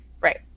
Right